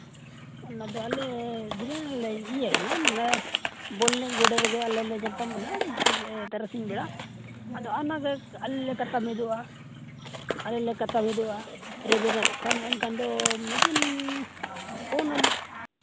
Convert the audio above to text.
ᱚᱱᱟᱫᱚ ᱟᱞᱮ ᱫᱤᱱᱟᱹᱢ ᱞᱮ ᱤᱭᱟᱹᱜ ᱠᱟᱱᱟ ᱢᱟᱱᱮ ᱵᱚᱞ ᱮᱱᱮᱡ ᱜᱳᱰᱟ ᱨᱮᱜᱮ ᱟᱞᱮ ᱞᱮ ᱧᱟᱯᱟᱢ ᱮᱱᱟ ᱛᱟᱨᱟᱥᱤᱧ ᱵᱮᱲᱟ ᱚᱱᱟᱜᱮ ᱟᱞᱮᱞᱮ ᱠᱟᱛᱷᱟ ᱢᱤᱫᱚᱜᱼᱟ ᱟᱞᱮ ᱞᱮ ᱠᱟᱛᱷᱟ ᱢᱤᱫᱚᱜᱼᱟ ᱨᱮᱵᱮᱱ ᱟᱠᱚ ᱠᱷᱟᱱ ᱢᱤᱫ ᱫᱤᱱ ᱯᱷᱳᱱ ᱟᱹᱧ